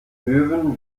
möwen